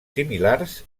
similars